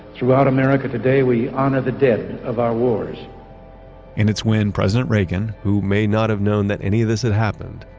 throughout america today, we honor the dead of our wars in its win, president reagan, who may not have known that any of this had happened,